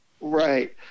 right